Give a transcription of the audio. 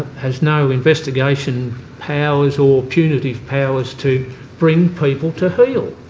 has no investigation powers or punitive powers to bring people to heel.